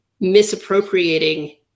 misappropriating